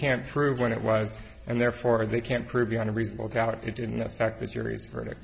can't prove when it was and therefore they can't prove beyond a reasonable doubt it didn't affect the jury's verdict